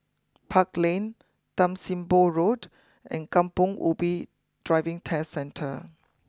Park Lane Tan Sim Boh Road and Kampong Ubi Driving Test Centre